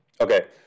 Okay